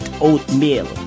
oatmeal